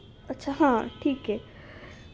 अच्छा हां ठीक आहे